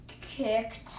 Kicked